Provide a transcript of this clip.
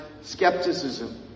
skepticism